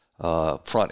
front